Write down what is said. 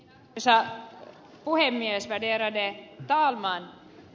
arvoisa puhemies ärade talman